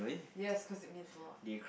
yes cause it means a lot